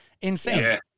Insane